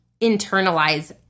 internalize